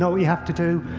know what you have to do?